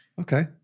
Okay